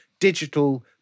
digital